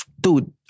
dude